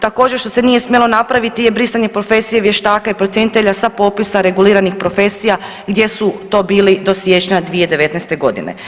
Također što se nije smjelo napraviti je brisanje profesije vještaka i procjenitelja sa popisa reguliranih profesija gdje su to bili do siječnja 2019. godine.